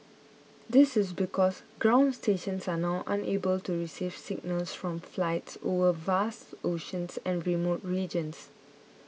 this is because ground stations are now unable to receive signals from flights over vast oceans and remote regions